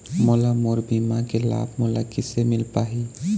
मोला मोर बीमा के लाभ मोला किसे मिल पाही?